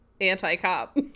anti-cop